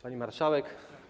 Pani Marszałek!